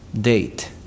date